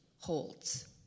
holds